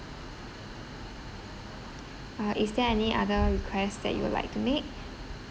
uh is there any other request that you would like to make